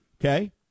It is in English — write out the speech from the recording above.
Okay